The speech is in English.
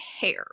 hair